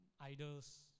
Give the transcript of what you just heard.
idols